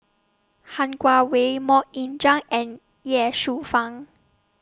Han Guangwei Mok Ying Jang and Ye Shufang